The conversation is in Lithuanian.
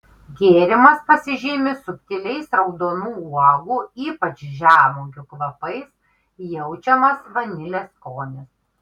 gėrimas pasižymi subtiliais raudonų uogų ypač žemuogių kvapais jaučiamas vanilės skonis